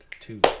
two